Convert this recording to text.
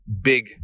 big